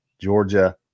Georgia